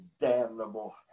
damnable